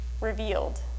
revealed